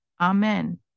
amen